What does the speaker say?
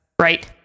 Right